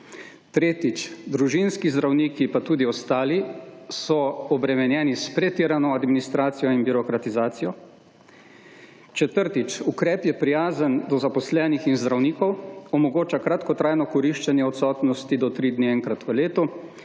Tretjič, družinski zdravniki, pa tudi ostali so obremenjeni s pretirano administracijo in birokratizacijo. Četrtič, ukrep je prijazen do zaposlenih in zdravnikov, omogoča kratkotrajno koriščenje odsotnosti do 3 dni enkrat v letu